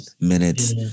Minutes